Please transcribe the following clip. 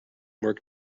work